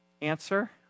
Answer